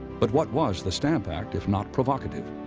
but what was the stamp act if not provocative?